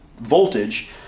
voltage